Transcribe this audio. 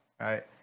right